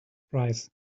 price